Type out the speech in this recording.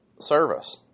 service